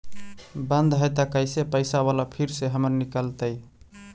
बन्द हैं त कैसे पैसा बाला फिर से हमर निकलतय?